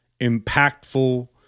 impactful